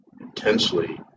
intensely